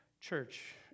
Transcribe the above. church